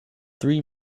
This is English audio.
three